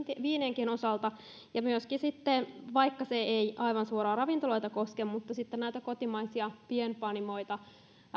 viinienkin osalta ja myöskin sitten vaikka se ei aivan suoraan ravintoloita koske mahdollisettu näitä kotimaisia pienpanimoita